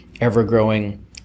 ever-growing